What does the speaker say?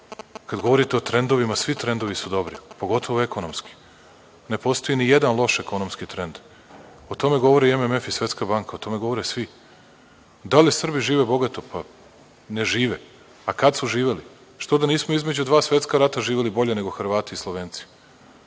govorite o trendovima, svi trendovi su dobri, pogotovo ekonomski. Ne postoji nijedan loš ekonomski trend. O tome govori i MMF i Svetska banka. O tome govore svi. Da li Srbi žive bogato? Ne žive. A kada su živeli? Što, da nismo između dva svetska rata živeli bolje nego Hrvati i Slovenci?